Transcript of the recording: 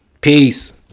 Peace